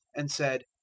and said,